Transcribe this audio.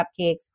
cupcakes